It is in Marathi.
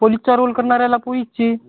पोलीसचा रोल करणाऱ्याला पोलिसची